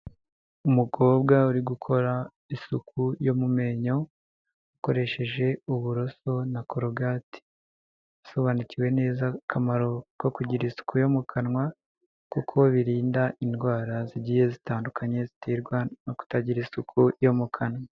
Umukobwa uri gukora isuku yo mu menyo akoresheje uburoso na korogati, asobanukiwe neza akamaro ko kugira isuku yo mu kanwa kuko birinda indwara zigiye zitandukanye ziterwa no kutagira isuku yo mu kanwa.